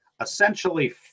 essentially